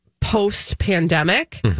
post-pandemic